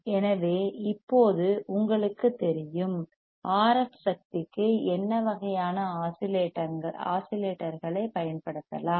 எனவே இப்போது உங்களுக்குத் தெரியும் RF சக்திக்கு என்ன வகையான ஆஸிலேட்டர்களைப் பயன்படுத்தலாம்